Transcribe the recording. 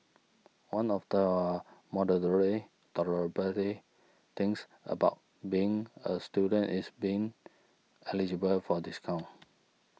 one of the tolerably things about being a student is being eligible for discounts